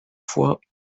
fois